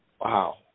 Wow